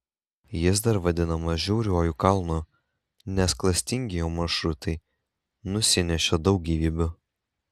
jis dar vadinamas žiauriuoju kalnu nes klastingi jo maršrutai nusinešė daug gyvybių